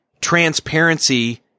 transparency